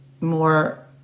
more